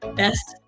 best